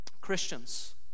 Christians